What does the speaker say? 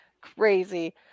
Crazy